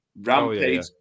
Rampage